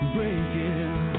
Breaking